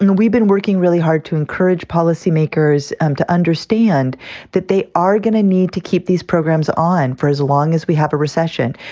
and we've been working really hard to encourage policymakers um to understand that they are going to need to keep these programs on for as long as we have a recession.